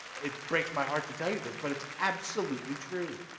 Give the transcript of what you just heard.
it breaks my heart to tell you this, but it's absolutely true.